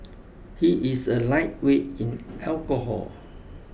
he is a lightweight in alcohol